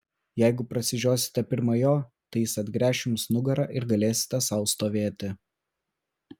jeigu prasižiosite pirma jo tai jis atgręš jums nugarą ir galėsite sau stovėti